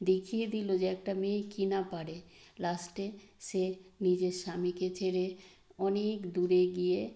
দেখিয়ে দিলো যে একটা মেয়ে কি না পারে লাস্টে সে নিজের স্বামীকে ছেড়ে অনেক দূরে গিয়ে